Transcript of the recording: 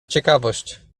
ciekawość